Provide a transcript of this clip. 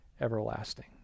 everlasting